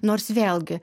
nors vėlgi